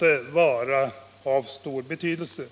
är av stor betydelse.